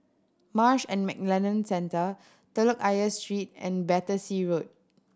Marsh and McLennan Centre Telok Ayer Street and Battersea Road